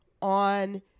on